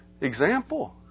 example